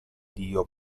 dio